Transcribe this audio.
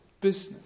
business